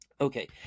Okay